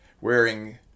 wearing